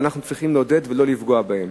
ואנחנו צריכים לעודד אותם ולא לפגוע בהם.